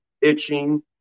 itching